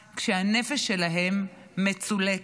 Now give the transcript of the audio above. כשהנפש שלהם מצולקת.